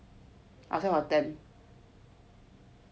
I'll sell for ten